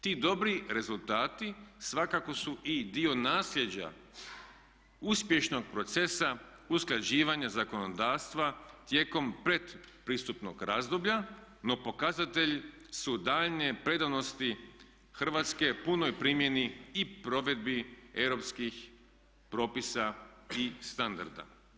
Ti dobri rezultati svakako su i dio nasljeđa uspješnog procesa usklađivanja zakonodavstva tijekom predpristupnog razdoblja no pokazatelj su daljnje predanosti Hrvatske punoj primjeni i provedbi europskih propisa i standarda.